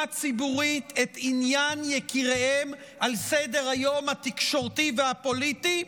ציבורית את עניין יקיריהן על סדר-היום התקשורתי והפוליטי,